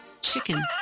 chicken